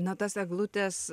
na tas eglutes